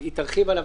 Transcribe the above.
והיא תרחיב עליו,